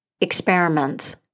experiments